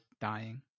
dying